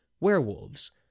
werewolves